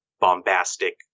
bombastic